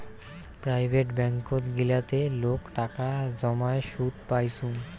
private ব্যাঙ্কত গিলাতে লোক টাকা জমাই সুদ পাইচুঙ